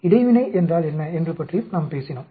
இடைவினை என்றால் என்ன என்று பற்றியும் நாம் பேசினோம்